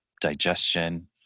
digestion